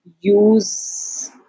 use